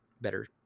better